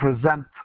present